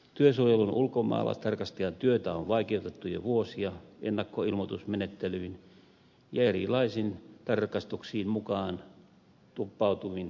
työsuojelun ulkomaalaistarkastajan työtä on vaikeutettu jo vuosia ennakkoilmoitusmenettelyin ja erilaisin tarkastuksiin mukaan tuppautuvin päällystakein